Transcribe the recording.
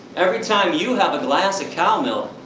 every time you have a glass of cow milk,